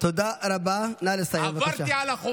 הפעלתי גם את